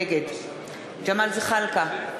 נגד ג'מאל זחאלקה,